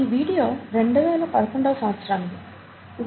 ఈ వీడియో 2011 వ సంవస్త్సరానిది